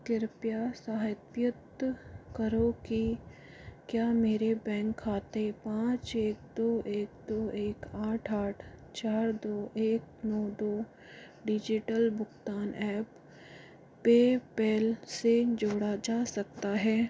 कृपया करो कि क्या मेरे बैंक खाता पाँच एक दो एक दो एक आठ आठ चार दो एक नौ दो डिजिटल भुगतान ऐप पेपैल से जोड़ा जा सकता है